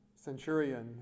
centurion